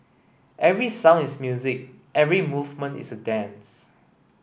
every sound is music every movement is a dance